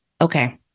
okay